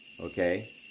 Okay